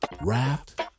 Raft